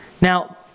Now